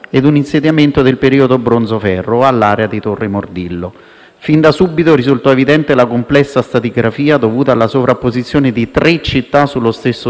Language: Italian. Fin da subito risultò evidente la complessa stratigrafia, dovuta alla sovrapposizione di tre città sullo stesso sito, seppur non totale e con diversa estensione.